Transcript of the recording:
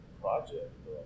project